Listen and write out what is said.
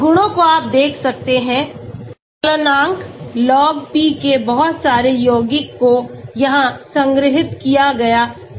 गुणों को आप देख सकते है गलनांक Log P के बहुत सारे यौगिकों को यहां संग्रहीत किया गया है